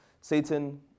Satan